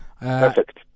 Perfect